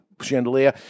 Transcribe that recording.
chandelier